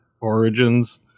origins